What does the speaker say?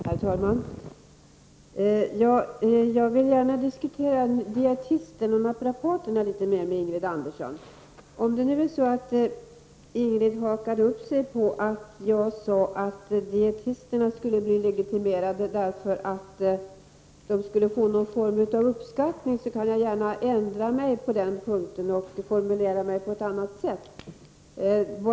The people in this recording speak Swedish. Herr talman! Jag vill gärna diskutera dietisterna och naprapaterna litet mer med Ingrid Andersson. Om Ingrid Andersson hakade upp sig på att jag sade att dietisterna måste bli legitimerade för att få någon form av uppskattning, kan jag gärna formulera mig på ett annat sätt på den punkten.